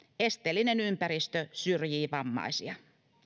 esteellinen ympäristö syrjii vammaisia